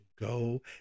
go